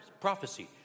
Prophecy